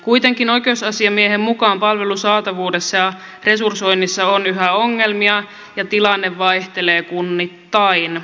kuitenkin oikeusasiamiehen mukaan palvelun saatavuudessa ja resursoinnissa on yhä ongelmia ja tilanne vaihtelee kunnittain